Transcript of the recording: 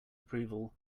approval